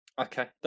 Okay